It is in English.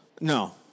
No